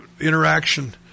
interaction